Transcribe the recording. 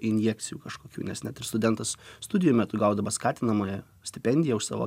injekcijų kažkokių nes net ir studentas studijų metu gaudavo skatinamąją stipendiją už savo